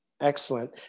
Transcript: excellent